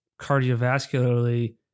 cardiovascularly